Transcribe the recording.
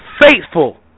faithful